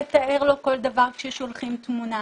לתאר לו כל דבר כששולחים תמונה,